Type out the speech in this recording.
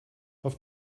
auf